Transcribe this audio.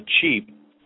cheap